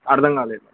అర్థం కాలేదు